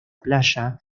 playa